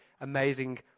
amazing